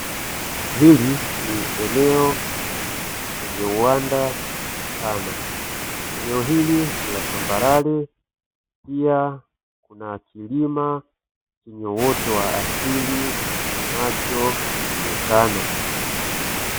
Hili ni eneo lenye uwanda mpana eneo hili ni latambarare pia kilima chenye uwoto wa asili ambacho huonekana.